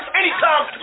anytime